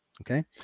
okay